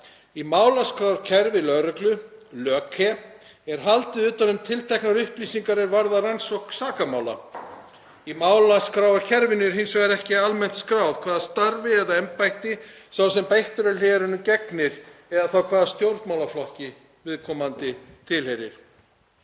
„Í málaskrárkerfi lögreglu (LÖKE) er haldið utan um tilteknar upplýsingar er varða rannsókn sakamála. Í málaskrárkerfinu er hins vegar ekki almennt skráð hvaða starfi eða embætti sá sem beittur er hlerunum gegnir eða þá hvaða stjórnmálaflokki viðkomandi tilheyrir.“